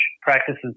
practices